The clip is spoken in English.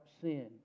sin